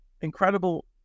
incredible